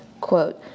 quote